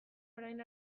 orain